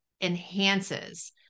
enhances